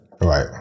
Right